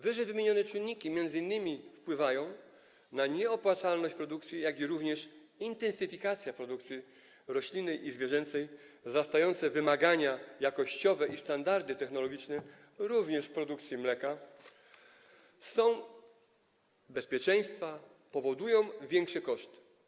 Wyżej wymienione czynniki m.in. wpływają na nieopłacalność produkcji, również intensyfikacja produkcji roślinnej i zwierzęcej, wzrastające wymagania jakościowe i standardy technologiczne produkcji mleka, a także bezpieczeństwa, powodują większe koszty.